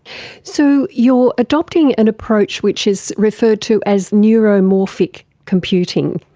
so you're adopting an approach which is referred to as neuromorphic computing.